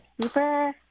super